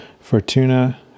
fortuna